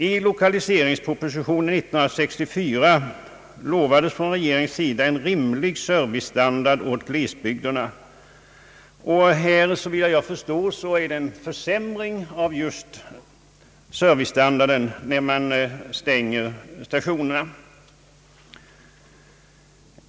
I lokaliseringspropositionen 1964 lovade regeringen en rimlig servicestandard åt glesbygderna, och såvitt jag förstår innebär det en försämring av servicestandarden när man stänger stationerna.